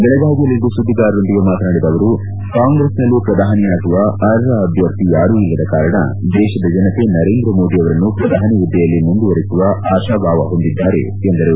ಬೆಳಗಾವಿಯಲ್ಲಿಂದು ಸುದ್ಗಿಗಾರರೊಂದಿಗೆ ಮಾತನಾಡಿದ ಅವರು ಕಾಂಗ್ರೆಸ್ನಲ್ಲಿ ಪ್ರಧಾನಿಯಾಗುವ ಅರ್ಹ ಅಭ್ಯರ್ಥಿ ಯಾರೂ ಇಲ್ಲದ ಕಾರಣ ದೇಶದ ಜನತೆ ನರೇಂದ್ರ ಮೋದಿ ಅವರನ್ನು ಪ್ರಧಾನಿ ಹುದ್ದೆಯಲ್ಲಿ ಮುಂದುವರೆಸುವ ಆಶಾಭಾವ ಹೊಂದಿದ್ದಾರೆ ಎಂದರು